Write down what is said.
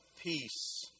peace